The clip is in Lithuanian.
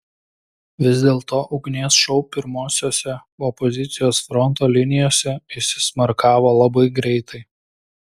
vis dėlto ugnies šou pirmosiose opozicijos fronto linijose įsismarkavo labai greitai